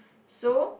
so